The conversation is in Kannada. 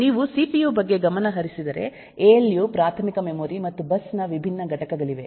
ನೀವು ಸಿಪಿಯು ಬಗ್ಗೆ ಗಮನಹರಿಸಿದರೆ ಎಎಲ್ಯು ಪ್ರಾಥಮಿಕ ಮೆಮೊರಿ ಮತ್ತು ಬಸ್ನ ವಿಭಿನ್ನ ಘಟಕಗಳಿವೆ